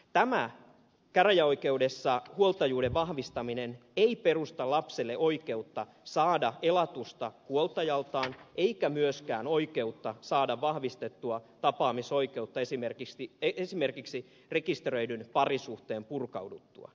tämä huoltajuuden vahvistaminen käräjäoikeudessa ei perusta lapselle oikeutta saada elatusta huoltajaltaan eikä myöskään oikeutta saada vahvistettua tapaamisoikeutta esimerkiksi rekisteröidyn parisuhteen purkauduttua